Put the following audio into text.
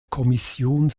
kommission